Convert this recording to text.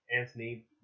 Anthony